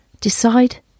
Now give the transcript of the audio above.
Decide